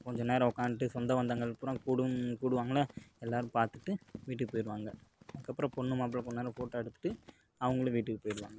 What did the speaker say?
கொஞ்சம் நேரம் உட்காந்ட்டு சொந்த பந்தங்கள் பூரா கூடும் கூடுவாங்கள்லே எல்லாேரும் பார்த்துட்டு வீட்டுக்கு போயிடுவாங்க அதுக்கப்புறம் பொண்ணு மாப்பிளை கொஞ்ச நேரம் ஃபோட்டாே எடுத்துகிட்டு அவர்களும் வீட்டுக்கு போய்விடுவாங்க